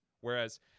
whereas